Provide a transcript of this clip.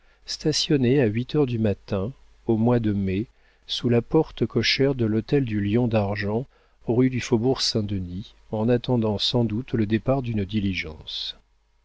stationnait à huit heures du matin au mois de mai sous la porte cochère de l'hôtel du lion d'argent rue du faubourg-saint-denis en attendant sans doute le départ d'une diligence